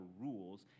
rules